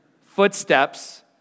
footsteps